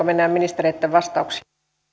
mennään ministereitten vastauksiin